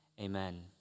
amen